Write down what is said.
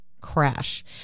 crash